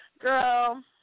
Girl